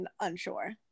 unsure